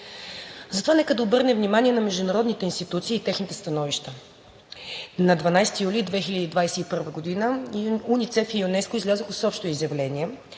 дни. Нека да обърнем внимание на международните институции и техните становища: на 12 юли 2021 г. УНИЦЕФ и ЮНЕСКО излязоха с общо изявление,